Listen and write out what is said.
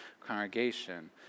congregation